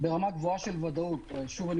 ברמה גבוהה של ודאות ושוב,